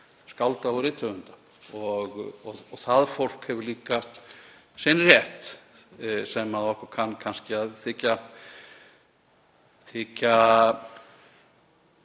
skálda og rithöfunda og það fólk hefur líka sinn rétt. Okkur kann kannski að þykja